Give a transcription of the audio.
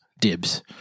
Dibs